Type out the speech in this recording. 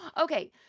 Okay